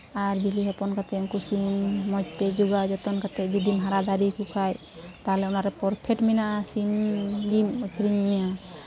ᱟᱨ ᱵᱤᱞᱤ ᱦᱚᱯᱚᱱ ᱠᱟᱛᱮᱫ ᱩᱱᱠᱩ ᱥᱤᱢ ᱢᱚᱡᱽᱛᱮ ᱡᱚᱜᱟᱣ ᱡᱚᱛᱚᱱ ᱠᱟᱛᱮᱫ ᱡᱩᱫᱤᱢ ᱡᱚᱜᱟᱣ ᱫᱟᱲᱮ ᱠᱚᱠᱷᱟᱡ ᱛᱟᱦᱚᱞᱮ ᱚᱱᱟᱨᱮ ᱯᱨᱚᱯᱷᱤᱴ ᱢᱮᱱᱟᱜᱼᱟ ᱥᱤᱢ ᱜᱮᱢ ᱟᱹᱠᱷᱨᱤᱧᱮᱭᱟ